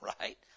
right